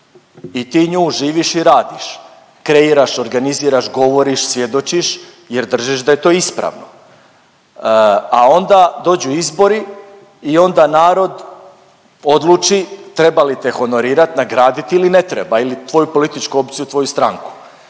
i ti nju živiš i radiš, kreiraš, organiziraš, govoriš, svjedočiš jer držiš da je to ispravno, a onda dođu izbori i onda narod odluči treba li te honorirat, nagradit ili ne treba ili tvoju političku opciju i tvoju stranku.